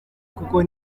kuko